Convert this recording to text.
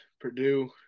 Purdue